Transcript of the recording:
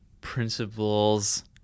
principles